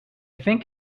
think